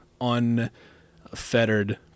unfettered